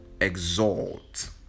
exalt